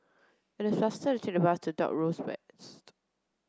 it is faster to the bus to Dock Road West